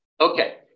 okay